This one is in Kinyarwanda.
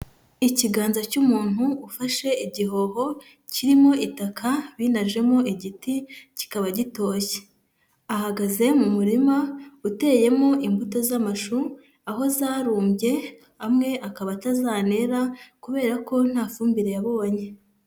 Ikiganza cy'umuntu ufashe igihoho, kirimo itaka binajemo igiti kikaba gitoshye, ahagaze mu murima uteyemo imbuto z'amashu, aho zarumbye amwe akaba atazanera, kubera ko nta fumbire yabonye.